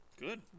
Good